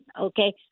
Okay